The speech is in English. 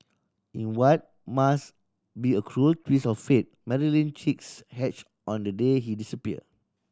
in what must be a cruel twist of fate Marilyn chicks hatched on the day he disappeared